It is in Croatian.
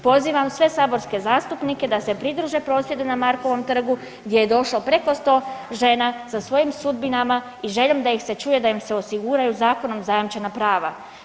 Pozivam sve saborske zastupnike da se pridruže prosvjedu na Markovom trgu gdje je došlo preko 100 žena sa svojim sudbinama i željom da ih se čuje, da im se osiguraju zakonom zajamčena prava.